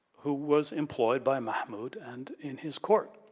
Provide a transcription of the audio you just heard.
who was employed by mahmud and in his court.